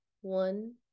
One